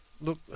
Look